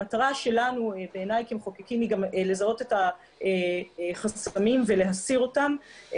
המטרה שלנו כמחוקקים היא לזהות את החסמים ולהסיר אותם.